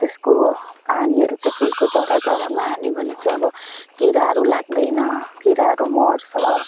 त्यसको पानीहरू चाहिँ फुलको जरा जरामा हाल्यो भने चाहिँ अब किराहरू लाग्दैन किराहरू मर्छ